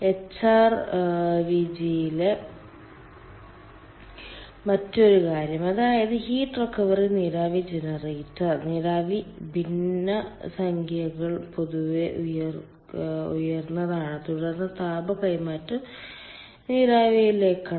എച്ച്ആർവിജിയിലെ മറ്റൊരു കാര്യം അതായത് ഹീറ്റ് റിക്കവറി നീരാവി ജനറേറ്റർ നീരാവി ഭിന്നസംഖ്യകൾ പൊതുവെ ഉയർന്നതാണ് തുടർന്ന് താപ കൈമാറ്റം നീരാവിയിലേക്കാണ്